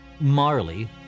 Marley